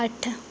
ਅੱਠ